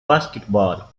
basketball